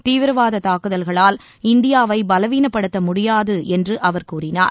தீவிரவாத தாக்குதல்களால் இந்தியாவை பலவீனப்படுத்த முடியாது என்று அவர் தெரிவித்தார்